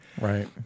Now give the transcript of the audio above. Right